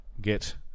get